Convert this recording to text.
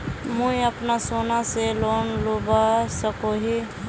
मुई अपना सोना से लोन लुबा सकोहो ही?